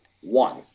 one